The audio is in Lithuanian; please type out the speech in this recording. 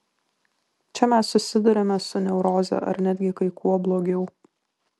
čia mes susiduriame su neuroze ar netgi kai kuo blogiau